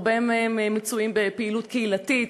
הרבה מהם מצויים בפעילות קהילתית,